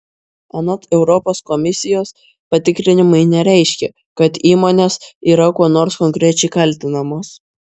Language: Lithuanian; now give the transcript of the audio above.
anot europos komisijos patikrinimai nereiškia kad įmonės yra kuo nors konkrečiai kaltinamos